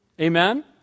Amen